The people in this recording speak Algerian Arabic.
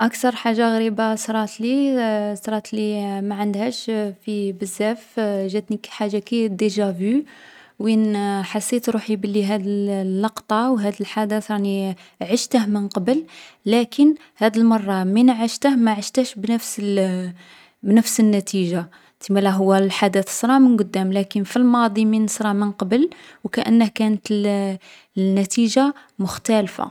أكثر حاجة غريبة صراتلي صراتلي ما عندهاش بـ بزاف، جاتني حاجة كي ديجا فو. وين حسيت روحي بلي هاذ الـ اللقطة و هاذ الحدث راني عشته من قبل. لكن هاذ المرة، من عشته ما عشتهش بنفس الـ بنفس النتيجة. تسمالا هو الحدث صرا من قدام لكن في الماضي من صرا من قبل و كأنه كانت الـ النتيجة مختلفة.